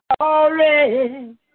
already